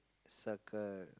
circle